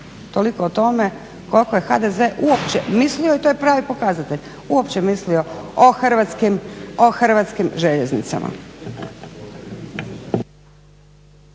Toliko o tome koliko je HDZ uopće mislio, i to je pravi pokazatelj, uopće mislio o Hrvatskim željeznicama.